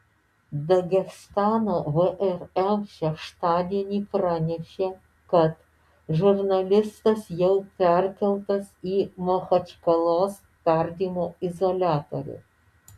dagestano vrm šeštadienį pranešė kad žurnalistas jau perkeltas į machačkalos tardymo izoliatorių